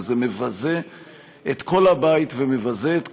זה מבזה את כל הבית ומבזה את כולנו.